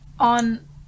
On